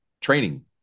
training